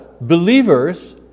believers